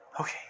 Okay